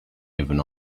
even